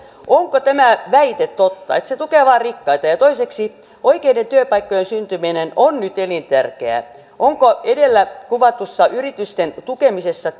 onko tämä väite totta että se tukee vain rikkaita ja ja toiseksi oikeiden työpaikkojen syntyminen on nyt elintärkeää onko edellä kuvatussa yritysten tukemisessa